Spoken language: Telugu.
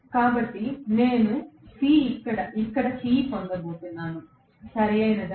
కాబట్టి నేను ఇక్కడ C పొందబోతున్నాను సరియైనదా